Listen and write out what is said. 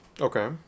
Okay